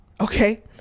okay